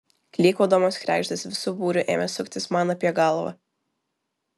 klykaudamos kregždės visu būriu ėmė suktis man apie galvą